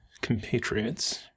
compatriots